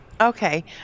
Okay